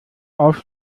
auf